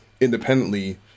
independently